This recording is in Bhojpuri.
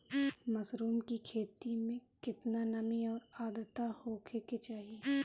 मशरूम की खेती में केतना नमी और आद्रता होखे के चाही?